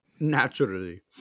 Naturally